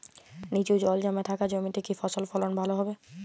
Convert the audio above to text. নিচু জল জমে থাকা জমিতে কি ফসল ফলন ভালো হবে?